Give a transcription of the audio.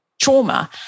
trauma